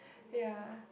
ya